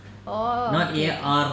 oh okay